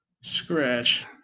scratch